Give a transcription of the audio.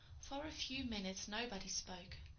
for a few minutes nobody spoke.